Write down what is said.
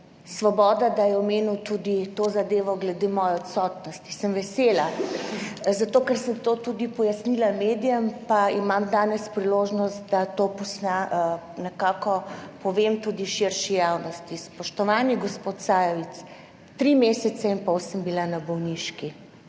Svoboda, da je omenil tudi to zadevo glede moje odsotnosti. Sem vesela zato, ker sem to tudi pojasnila medijem pa imam danes priložnost, da to nekako povem tudi širši javnosti. Spoštovani gospod Sajovic, tri mesece in pol sem bila na bolniški.